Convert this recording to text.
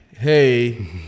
hey